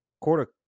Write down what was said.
quarter